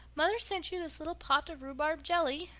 mother sent you this little pot of rhubarb jelly,